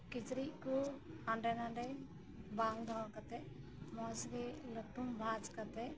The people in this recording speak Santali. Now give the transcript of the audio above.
ᱠᱤᱪᱨᱤᱡᱠᱚ ᱦᱟᱸᱰᱮ ᱱᱟᱰᱮ ᱵᱟᱝ ᱫᱚᱦᱚ ᱠᱟᱛᱮᱫ ᱢᱚᱸᱡᱽ ᱜᱤ ᱞᱟᱹᱴᱩᱢ ᱵᱷᱟᱸᱡ ᱠᱟᱛᱮᱫ